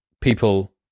people